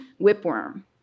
whipworm